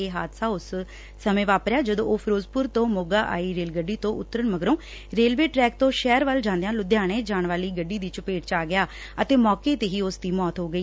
ਇਹ ਹਾਦਸਾ ਉਸ ਸਮੇਂ ਵਾਪਰਿਆ ਜਦੋਂ ਉਹ ਫਿਰੋਜ਼ਪੁਰ ਤੋਂ ਮੋਗਾ ਆਈ ਰੇਲ ਗੱਡੀ ਤੋਂ ਉਤਰਨ ਮਗਰੋਂ ਰੇਲਵੇ ਟਰੈਕ ਤੋਂ ਸ਼ਹਿਰ ਵੱਲ ਜਾਦਿਆਂ ਲੁਧਿਆਣੇ ਜਾਣ ਵਾਲੀ ਗੱਡੀ ਦੇ ਚਪੇਟ ਵਿਚ ਆ ਗਿਆ ਅਤੇ ਮੌਕੇ ਤੇ ਹੀ ਉਸ ਦੀ ਮੌਤ ਹੋ ਗਈ